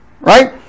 right